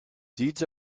deeds